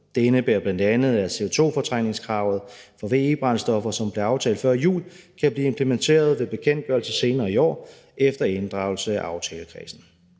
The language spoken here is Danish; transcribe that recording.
Det indebærer bl.a., at CO2-fortrængningskravet for VE-brændstoffer, som blev aftalt før jul, kan blive implementeret ved bekendtgørelse senere i år efter inddragelse af aftalekredsen.